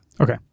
Okay